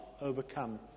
overcome